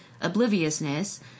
obliviousness